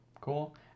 Cool